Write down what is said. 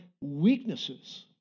weaknesses